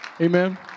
Amen